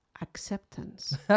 acceptance